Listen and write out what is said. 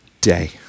day